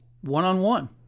one-on-one